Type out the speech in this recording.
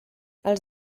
els